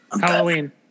Halloween